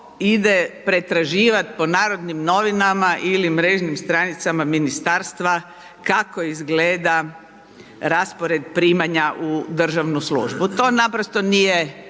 ide pretraživat po Narodnim novinama ili mrežnim stranicama ministarstva kako izgleda raspored primanja u državnu službu, to naprosto nije